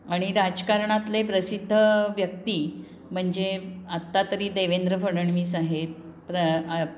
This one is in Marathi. आणि राजकारणातले प्रसिद्ध व्यक्ती म्हणजे आता तरी देवेंद्र फडणवीस आहेत प्र